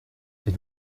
êtes